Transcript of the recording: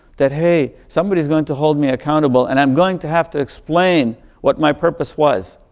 that hey, somebody is going to hold me accountable and i'm going to have to explain what my purpose was,